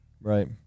Right